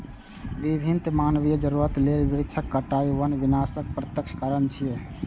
विभिन्न मानवीय जरूरत लेल वृक्षक कटाइ वन विनाशक प्रत्यक्ष कारण छियै